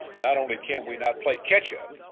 not only can we not play catch up,